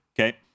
Okay